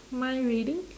mind reading